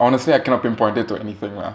honestly I cannot pinpoint it to anything lah